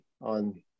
on